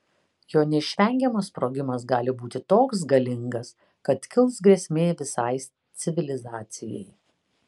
jo neišvengiamas sprogimas gali būti toks galingas kad kils grėsmė visai civilizacijai